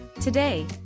Today